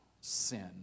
sin